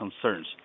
concerns